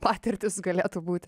patirtis galėtų būt